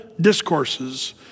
discourses